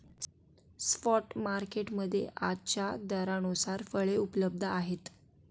spot market मध्ये आजच्या दरानुसार फळे उपलब्ध आहेत